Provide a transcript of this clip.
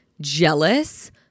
jealous